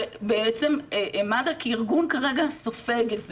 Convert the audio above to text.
ובעצם מד"א כארגון כרגע סופג את זה,